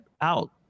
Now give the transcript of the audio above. out